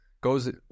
goes